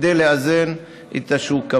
כדי לאזן את השוק,